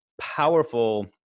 powerful